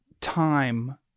time